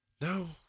no